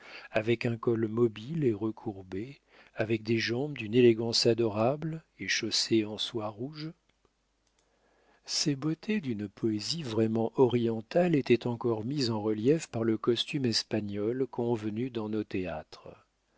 avec un col mobile et recourbé avec des jambes d'une élégance adorable et chaussées en soie rouge ces beautés d'une poésie vraiment orientale étaient encore mises en relief par le costume espagnol convenu dans nos théâtres